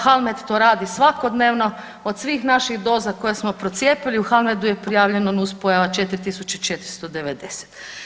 Halmed to radi svakodnevno od svih naših doza koje smo procijepili, u Halmedu je prijavljeno nuspojava 4490.